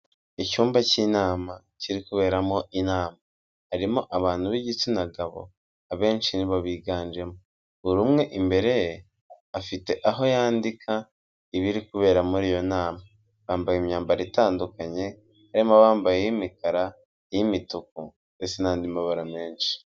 Icyumba cy'inama kiri kuberamo inama. Harimo abantu b'igitsina gabo, abenshi ni bo biganjemo. Buri umwe imbere ye afite aho yandika ibiri kubera muri iyo nama. Bambaye imyambaro itandukanye, harimo abambaye iy'imikara, iy'imituku ndetse n'andi mabara menshi.